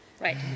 Right